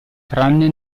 tranne